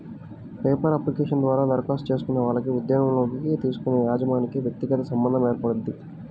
paper application ద్వారా దరఖాస్తు చేసుకునే వాళ్లకి ఉద్యోగంలోకి తీసుకునే యజమానికి వ్యక్తిగత సంబంధం ఏర్పడుద్ది